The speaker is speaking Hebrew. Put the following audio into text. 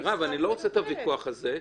מירב, אני לא רוצה את הוויכוח הזה.